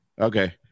Okay